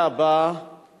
בעד, 12,